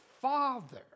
father